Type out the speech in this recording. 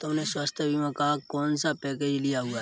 तुमने स्वास्थ्य बीमा का कौन सा पैकेज लिया हुआ है?